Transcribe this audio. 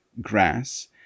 grass